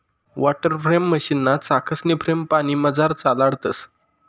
water frame मशीनना चाकसनी frame पानीमझार चालाडतंस